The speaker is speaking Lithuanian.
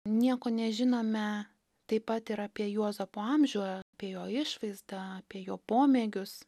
nieko nežinome taip pat ir apie juozapo amžių bei jo išvaizdą apie jo pomėgius